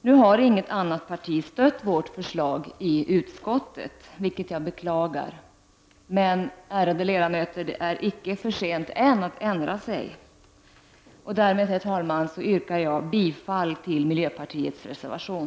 Nu har inget annat parti stött vårt förslag i utskottet, vilket jag beklagar. Men, ärade ledamöter, det är icke för sent än att ändra sig! Herr talman! Därmed yrkar jag bifall till miljöpartiets reservation.